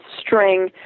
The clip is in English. string